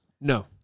No